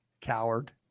Coward